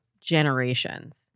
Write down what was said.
generations